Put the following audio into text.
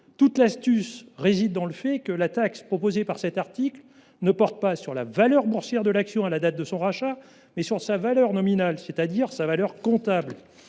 Toute l’astuce réside en effet dans le fait que la taxe prévue par cet article porte non pas sur la valeur boursière de l’action à la date de son rachat, mais sur sa valeur nominale, c’est à dire sa valeur comptable